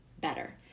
better